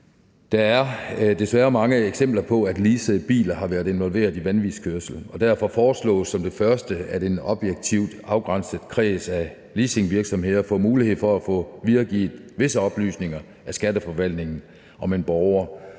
Der er desværre mange eksempler på, at leasede biler har været involveret i vanvidskørsel, og derfor foreslås for det første, at en objektivt afgrænset kreds af leasingvirksomheder får mulighed for at få videregivet visse oplysninger af Skatteforvaltningen om en borger,